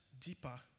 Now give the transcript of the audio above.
deeper